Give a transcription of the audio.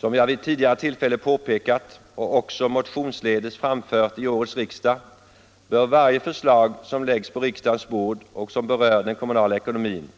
Som jag vid tidigare tillfällen påpekat och även motionsledes framfört till årets riksmöte bör varje förslag som läggs på riksdagens bord och som berör den kommunala ekonomin